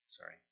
sorry